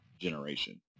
generation